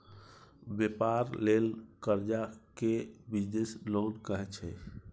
बेपार लेल करजा केँ बिजनेस लोन कहै छै